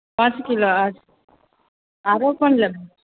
पाँच किलो अछि आरो कोन लेबहो